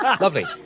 Lovely